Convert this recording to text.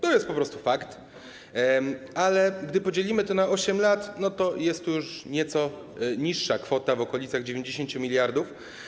To jest po prostu fakt, ale gdy podzielimy to na 8 lat, to jest to już nieco niższa kwota, w okolicach 90 mld.